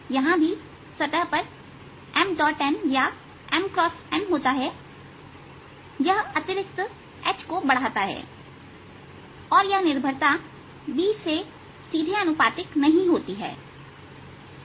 यहां भी सतह पर Mn या M X n होता है और यह अतिरिक्त H को बढ़ाता है और यह निर्भरता B के सीधे अनुपातिक नहीं होती है